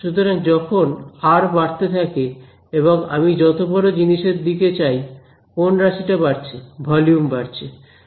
সুতরাং যখন আর বাড়তে থাকে এবং আমি যত বড় জিনিসের দিকে চাই কোন রাশি টা বাড়ছে ভলিউম বাড়ছে